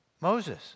Moses